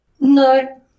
No